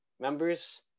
members